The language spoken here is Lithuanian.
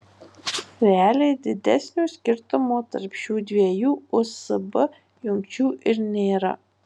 realiai didesnio skirtumo tarp šių dviejų usb jungčių ir nėra